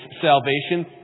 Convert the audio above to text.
salvation